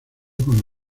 con